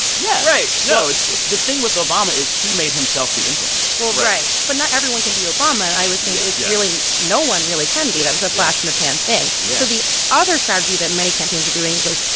yeah right. no, it's. the thing with obama is he made himself the influencer well, right right but not everyone can be obama. and i would think it's really no one really can be. that was a flash-in-the-pan thing. so the other strategy that many campaigns are doing it goes,